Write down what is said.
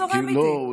הוא זורם איתי.